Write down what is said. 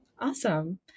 Awesome